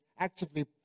actively